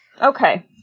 Okay